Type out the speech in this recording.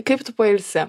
kaip tu pailsi